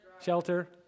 shelter